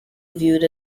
viewed